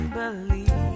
believe